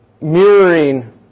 mirroring